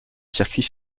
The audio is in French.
circuit